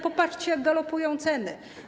Popatrzcie, jak galopują ceny.